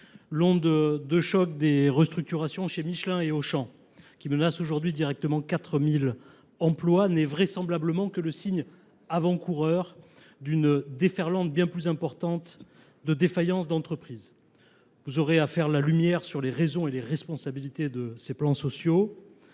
l’onde de choc des restructurations chez Michelin et Auchan, qui menacent aujourd’hui directement 4 000 emplois, n’est vraisemblablement que le signe avant coureur d’une déferlante bien plus importante de défaillances d’entreprises. Vous aurez à faire la lumière sur les raisons et les responsabilités de ces plans sociaux.